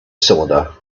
cylinder